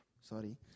Sorry